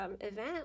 Event